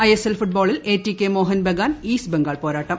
I S L ഫൂട്ബോളിൽ A T K Mohun Bagan East Bengal പോരാട്ടം